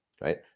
right